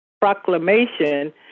Proclamation